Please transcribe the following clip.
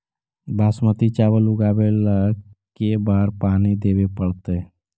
बासमती चावल उगावेला के बार पानी देवे पड़तै?